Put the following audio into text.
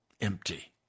empty